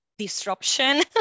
disruption